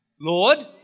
Lord